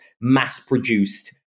mass-produced